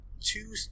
two